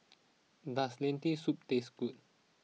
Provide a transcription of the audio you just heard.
does Lentil Soup taste good